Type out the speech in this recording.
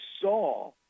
saw